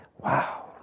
Wow